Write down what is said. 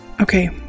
Okay